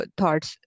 thoughts